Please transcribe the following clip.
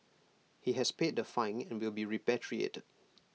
he has paid the fine and will be repatriated